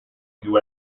più